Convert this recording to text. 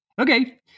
Okay